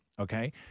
okay